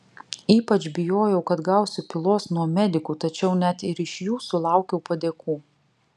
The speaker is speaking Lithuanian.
ypač bijojau kad gausiu pylos nuo medikų tačiau net ir iš jų sulaukiau padėkų